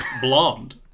blonde